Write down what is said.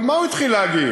אבל מה הוא התחיל להגיד?